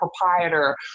proprietor